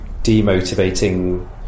demotivating